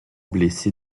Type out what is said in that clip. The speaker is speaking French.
blessés